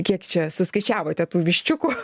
kiek čia suskaičiavote tų viščiukų